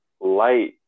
light